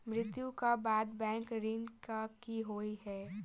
मृत्यु कऽ बाद बैंक ऋण कऽ की होइ है?